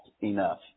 enough